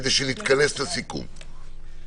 כדי שנתכנס לסיכום,